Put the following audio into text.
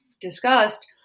discussed